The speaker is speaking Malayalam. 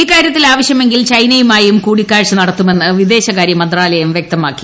ഇക്കാര്യത്തിൽ ആവശ്യമെങ്കിൽ ചൈനയുമായും കൂടിക്കാഴ്ച നടത്തുമെന്ന് വിദേശകാര്യമന്ത്രാലയം വൃക്തമാക്കി